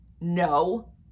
No